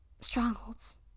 strongholds